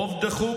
רוב דחוק,